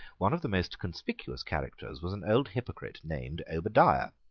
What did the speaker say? one of the most conspicuous characters was an old hypocrite named obadiah.